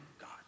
God